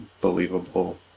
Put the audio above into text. believable